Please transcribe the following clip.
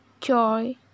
joy